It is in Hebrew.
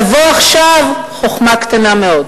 לבוא עכשיו, חוכמה קטנה מאוד.